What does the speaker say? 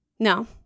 No